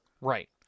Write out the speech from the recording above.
Right